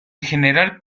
general